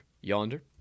yonder